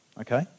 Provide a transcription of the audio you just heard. Okay